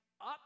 up